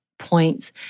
points